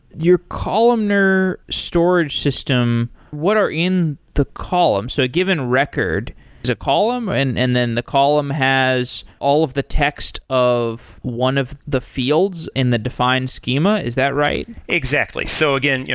your columnar storage system, what are in the columns? so a given record is a column, and and then the column has all of the text of one of the fields in the define schema. is that right? exactly. so again, yeah